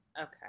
Okay